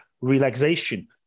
relaxation